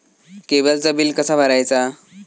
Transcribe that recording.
केबलचा बिल कसा भरायचा?